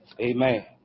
Amen